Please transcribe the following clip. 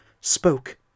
spoke